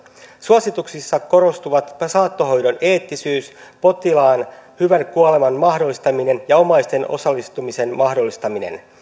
suosituksissa korostuvat saattohoidon eettisyys potilaan hyvän kuoleman mahdollistaminen ja omaisten osallistumisen mahdollistaminen